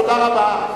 תודה רבה.